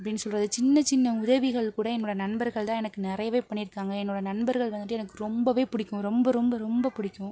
அப்படின்னு சொல்கிறது சின்னச் சின்ன உதவிகள் கூட என்னோட நண்பர்கள்தான் எனக்கு நிறையவே பண்ணியிருக்காங்க என்னோட நண்பர்கள் வந்துட்டு எனக்கு ரொம்பவே பிடிக்கும் ரொம்ப ரொம்ப ரொம்ப பிடிக்கும்